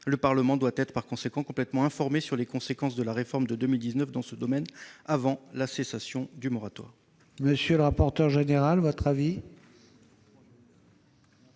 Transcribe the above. Le Parlement doit être, par conséquent, complètement informé sur les conséquences de la réforme de 2019 dans ce domaine, avant la cessation du moratoire.